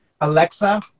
Alexa